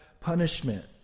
punishment